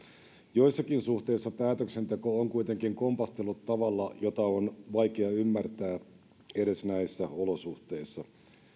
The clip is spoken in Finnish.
joissakin suhteissa päätöksenteko on kuitenkin kompastellut tavalla jota on vaikea ymmärtää edes näissä olosuhteissa